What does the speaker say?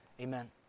Amen